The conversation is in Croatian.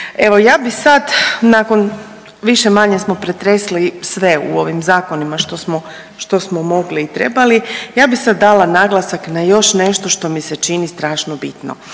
evo ja bi sad nakon više-manje smo pretresli sve u ovim zakonima što smo, što smo mogli i trebali, ja bi sad dala naglasak na još nešto što mi se čini strašno bitno.